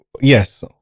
Yes